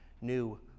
new